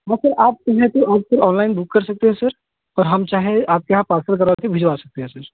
वैसे आप कहिए तो आपको अनलाइन बुक कर सकते हैं सर और हम चाहे आपके यहाँ पार्सल करवाकर भिजवा सकते हैं सर